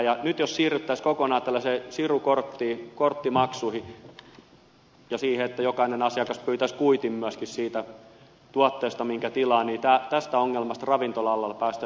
nyt jos siirryttäisiin kokonaan tällaisiin sirukorttimaksuihin ja siihen että jokainen asiakas myöskin pyytäisi kuitin siitä tuotteesta minkä tilaa niin tästä ongelmasta ravintola alalla päästäisiin hyvin äkkiä pois